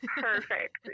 Perfect